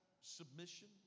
submission